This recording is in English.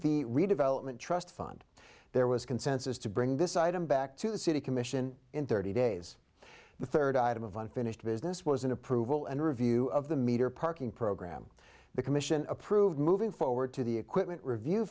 the redevelopment trust fund there was consensus to bring this item back to the city commission in thirty days the third item of unfinished business was an approval and review of the meter parking program the commission approved moving forward to the equipment review